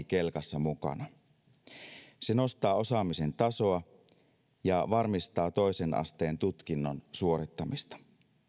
kelkassa mukana se nostaa osaamisen tasoa ja varmistaa toisen asteen tutkinnon suorittamista